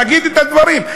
נגיד את הדברים.